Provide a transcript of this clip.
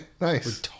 nice